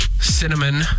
cinnamon